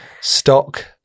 stock